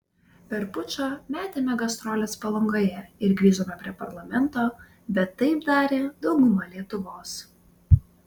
per pučą metėme gastroles palangoje ir grįžome prie parlamento bet taip darė dauguma lietuvos